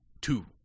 two